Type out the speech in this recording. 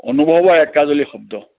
অনুভৱৰ একাঁজলি শব্দ